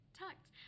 tucked